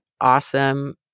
awesome